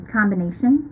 combination